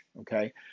okay